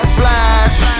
flash